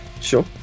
Sure